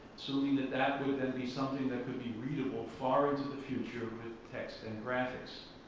so i mean that that would then be something that could be readable far into the future with text and graphics.